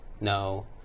No